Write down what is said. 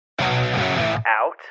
Out